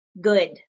good